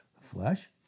Flesh